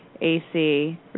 AC